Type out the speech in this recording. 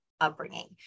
upbringing